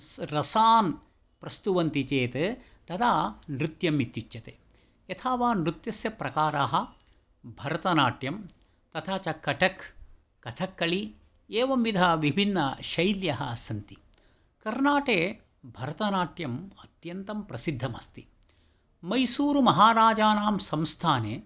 स् रसान् प्रस्तुवन्ति चेत् तदा नृत्यमित्युच्यते यथा वा नृत्यस्य प्रकाराः भरतनाट्यं तथा च कटक् कथक्कळि एवं विधविभिन्नशैल्यः सन्ति कर्णाटके भरतनाट्यम् अत्यन्तं प्रसिद्धमस्ति मैसूरुमहाराजानां संस्थाने